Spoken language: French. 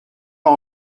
pas